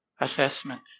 assessment